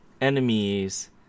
enemies